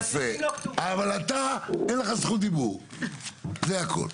אבל אתה אין לך זכות דיבור זה הכל,